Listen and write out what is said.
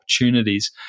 opportunities